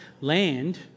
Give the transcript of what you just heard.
land